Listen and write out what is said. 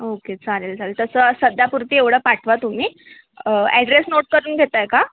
okay चालेल चालेल तसं सध्या पुरती एवढं पाठवा तुम्ही ॲड्रेस नोट करून घेत आहे का